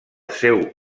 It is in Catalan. seu